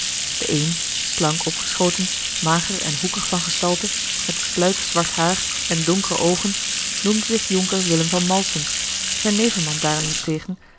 de een slank opgeschoten mager en hoekig van gestalte met sluik zwart haar en donkere oogen noemde zich jonker willem van malsem zijn nevenman daarentegen